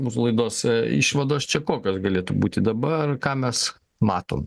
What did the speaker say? mūsų laidos išvados čia kokios galėtų būti dabar ką mes matom